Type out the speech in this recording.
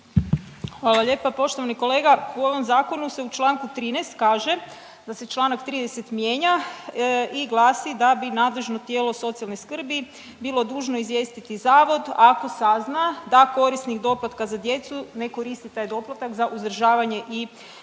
Hvala lijepa. Poštovani kolega u ovom zakonu se u članku 13. kaže da se članak 30. mijenja i glasi: „Da bi nadležno tijelo socijalne skrbi bilo dužno izvijestiti zavod ako sazna da korisnik doplatka za djecu ne koristi taj doplatak za uzdržavanje i